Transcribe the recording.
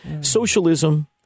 Socialism